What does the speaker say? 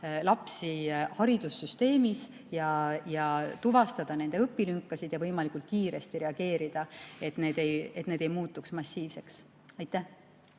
lapsi haridussüsteemis, tuvastada nende õpilünkasid ja võimalikult kiiresti reageerida, et need ei muutuks massiivseks. Alar